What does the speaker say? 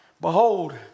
Behold